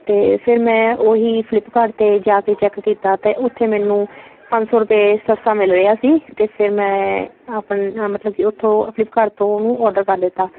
ਅਤੇ ਫਿਰ ਮੈਂ ਉਹੀ ਫਲਿਪਕਾਰਟ 'ਤੇ ਜਾ ਕੇ ਚੈੱਕ ਕੀਤਾ ਅਤੇ ਉੱਥੇ ਮੈਨੂੰ ਪੰਜ ਸੌ ਰੁਪਏ ਸਸਤਾ ਮਿਲ ਰਿਹਾ ਸੀ ਅਤੇ ਫਿਰ ਮੈਂ ਆਪਣਾ ਮਤਲਬ ਕਿ ਉੱਥੋਂ ਫਲਿਪਕਾਰਟ ਤੋਂ ਉਹਨੂੰ ਆਰਡਰ ਕਰ ਦਿੱਤਾ